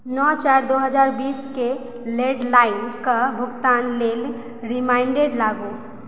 नओ चारि दू हजार बीसके लैण्डलाइनके भुगतानक लेल रिमाइण्डर लगाउ